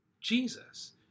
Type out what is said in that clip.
Jesus